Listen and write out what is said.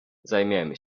zajmiemy